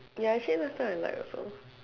ya actually last time I like also